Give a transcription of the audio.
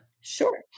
Sure